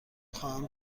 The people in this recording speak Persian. خواهم